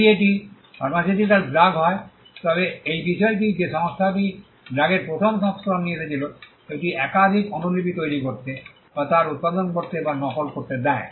যদি এটি pharmaceutical drug হয় তবে এই বিষয়টি যে সংস্থাটি ড্রাগের প্রথম সংস্করণ নিয়ে এসেছিল এটি একাধিক অনুলিপি তৈরি করতে বা তার উত্পাদন করতে বা নকল করতে দেয়